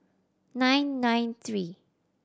nine nine three